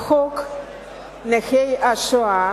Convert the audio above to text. בעניין חוק נכי השואה,